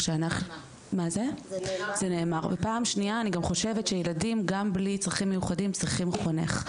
אני גם חושבת שילדים גם בלי צרכים מיוחדים צריכים חונך.